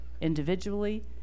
individually